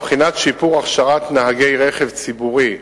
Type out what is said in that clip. בחינת שיפור ההכשרה של נהגי רכב ציבורי,